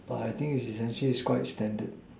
but I think it's essentially it's quite standard